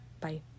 Bye